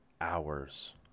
hours